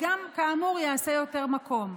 שגם כאמור יעשה יותר מקום.